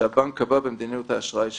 שהבנק קבע במדיניות האשראי שלו.